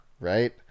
right